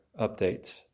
updates